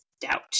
doubt